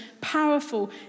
powerful